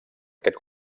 aquest